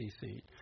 seat